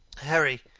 harry,